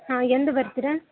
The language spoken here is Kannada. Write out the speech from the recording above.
ಹಾಂ ಎಂದು ಬರ್ತಿರಾ